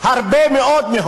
הרבה מאוד.